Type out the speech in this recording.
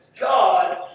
God